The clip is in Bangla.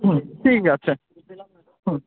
হুম ঠিক আছে হুম